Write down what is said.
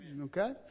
Okay